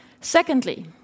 Secondly